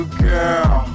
girl